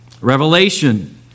Revelation